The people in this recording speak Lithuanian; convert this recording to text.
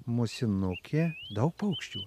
musinukė daug paukščių